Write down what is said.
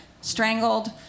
strangled